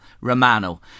Romano